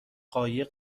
قایق